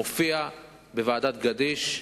מופיע בוועדת-גדיש,